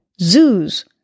zoos